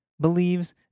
believes